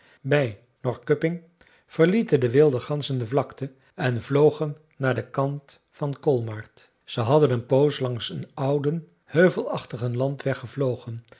bij norrköping verlieten de wilde ganzen de vlakte en vlogen naar den kant van kolmard ze hadden een poos langs een ouden heuvelachtigen landweg gevlogen